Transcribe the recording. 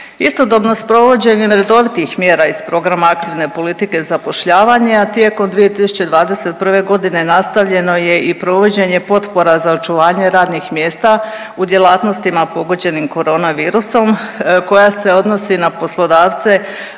Istodobno s provođenjem redovitih mjera iz programa aktivne politike zapošljavanja, tijekom 2021. g. nastavljeno i provođenje potpora za očuvanje radnih mjesta u djelatnostima pogođenima koronavirusom koja se odnosi na poslodavce